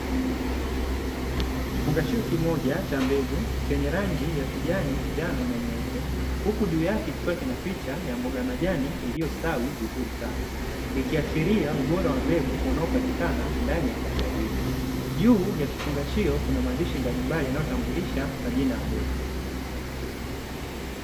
Kifungashio kimmoja cha mbegu chenye rangi ya kijani, njano, na nyeupe huku juu yake kikiwa kina picha ya mboga ya majani iliyostawi vizuri sana, ikiashiria ubora wa mbegu unaopatikana ndani ya kasha hili. Juu ya kifungashio kuna maandishi mbalimbali yanayotambulisha majina ya mbegu.